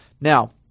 Now